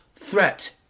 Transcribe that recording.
threat